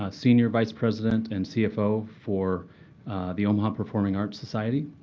ah senior vice president and cfo for the omaha performing arts society.